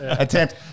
attempt